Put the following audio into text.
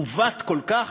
עוות כל כך,